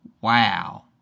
wow